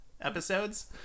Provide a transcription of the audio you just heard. episodes